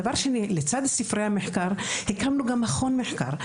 דבר שני, לצד ספרי המחקר הקמנו גם מכון מחקר.